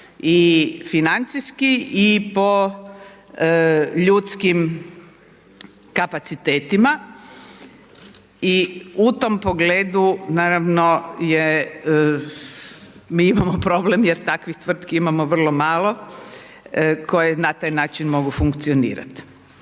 I financijski i po ljudskim kapacitetima i u tom pogledu naravno je, mi imamo problem jer takvih tvrtki imamo vrlo malo koje na taj način mogu funkcionirati.